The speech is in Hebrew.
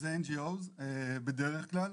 זה NGOs, בדרך כלל.